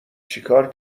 چیکار